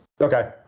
Okay